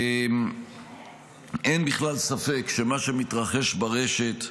אין בכלל ספק שמה שמתרחש ברשת,